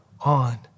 on